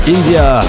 India